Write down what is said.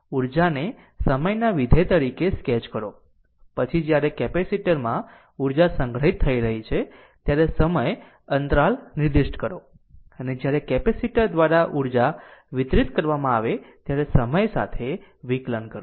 ઊર્જાને સમયના વિધેય તરીકે સ્કેચ કરો પછી જ્યારે કેપેસિટર માં ઊર્જા સંગ્રહિત થઈ રહી છે ત્યારે સમય અંતરાલ નિર્દિષ્ટ કરો અને જ્યારે કેપેસિટર દ્વારા ઊર્જા વિતરિત કરવામાં આવે ત્યારે સમય સાથે સંકલન કરો